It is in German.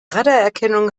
radarerkennung